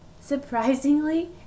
Surprisingly